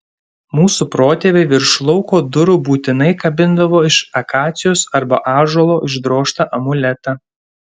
mūsų protėviai virš lauko durų būtinai kabindavo iš akacijos arba ąžuolo išdrožtą amuletą